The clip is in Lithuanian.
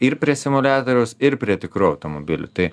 ir prie simuliatoriaus ir prie tikrų automobilių tai